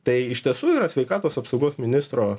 tai iš tiesų yra sveikatos apsaugos ministro